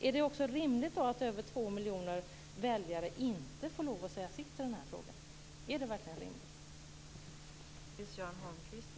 Är det också rimligt att över två miljoner väljare inte får lova att säga sitt i den här frågan? Är det verkligen rimligt?